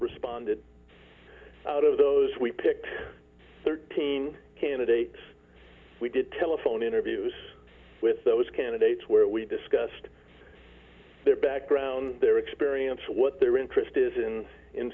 responded out of those we picked thirteen candidates we did telephone interviews with those candidates where we discussed their background their experience what their interest isn't in